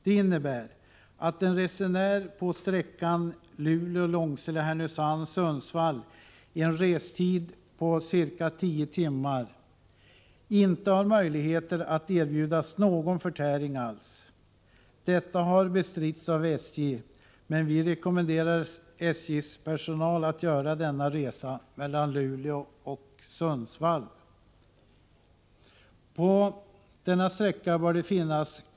Det innebär att en resenär på sträckan Luleå-Långsele-Härnösand-Sundsvall med en restid på 10 timmar inte erbjuds någon förtäring alls. Detta har bestritts av SJ. Vi rekommenderar SJ:s personal att göra denna resa mellan Luleå och Sundsvall för att övertyga sig om hur det förhåller sig.